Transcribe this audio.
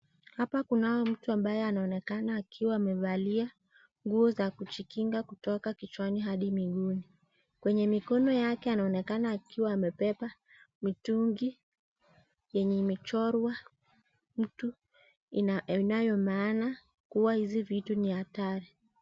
Hapa kunao mtu ambaye naonekana akiwa amevalia nguo zakujikinga kutoka kichwani hadi miguuni. Kwenye mikono yake anaonekana akiwa amebeba mitungi yenye imechorwa mtu inayo maana kuwa hizi vitu ni hatari.